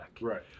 Right